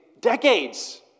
decades